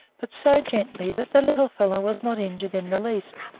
but so gently that the little fellow was not injured in the least,